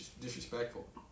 disrespectful